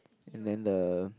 and then the